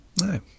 No